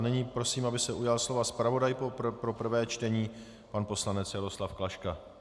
Nyní prosím, aby se ujal slova zpravodaj pro prvé čtení, pan poslanec Jaroslav Klaška.